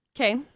Okay